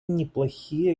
неплохие